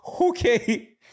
okay